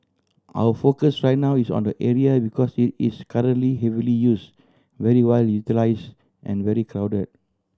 our focus right now is on the area because it is currently heavily use very well utilise and very crowded